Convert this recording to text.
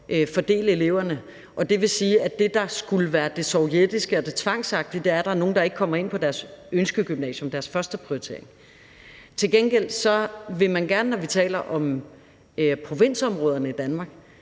fordele eleverne. Det vil sige, at det, der skulle være det sovjetiske og det tvangsmæssige, er, at der er nogle, der ikke kommer ind på deres ønskegymnasium, deres førsteprioritering. Til gengæld vil man gerne, når vi taler om provinsområderne i Danmark,